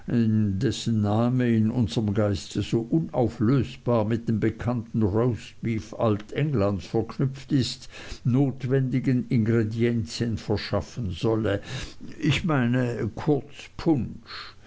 dessen name in unserm geiste so unauflösbar mit dem bekannten roastbeef altenglands verknüpft ist notwendigen integredenzien verschaffen solle ich meine kurz punsch